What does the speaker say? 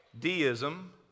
deism